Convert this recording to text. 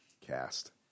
cast